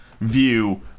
view